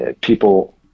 people